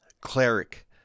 cleric